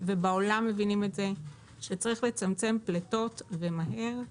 בעולם מבינים שצריך לצמצם פליטות ומהר.